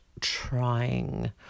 trying